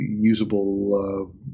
usable